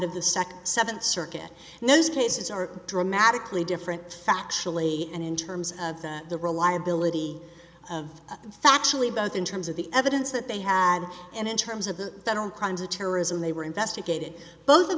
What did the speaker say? of the second seventh circuit and those cases are dramatically different factually and in terms of the reliability of factually both in terms of the evidence that they had and in terms of the federal crimes of terrorism they were investigated both of